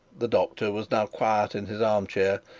the doctor was now quiet in his arm chair,